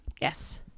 yes